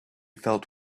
felt